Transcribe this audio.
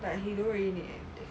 like he don't really need anything